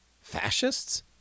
Fascists